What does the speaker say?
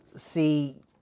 see